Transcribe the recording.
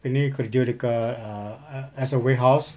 ini kerja dekat err a~ as a warehouse